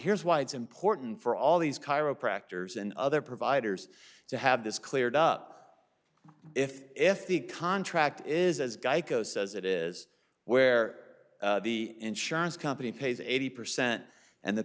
here's why it's important for all these chiropractor's and other providers to have this cleared up if if the contract is as geico says it is where the insurance company pays eighty percent and the